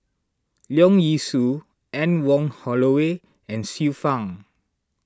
Leong Yee Soo Anne Wong Holloway and Xiu Fang